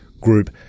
group